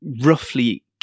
roughly